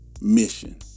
mission